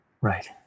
Right